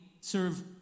serve